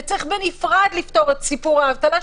וצריך בנפרד לפתור את סיפור האבטלה,